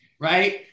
Right